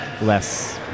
less